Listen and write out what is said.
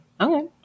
Okay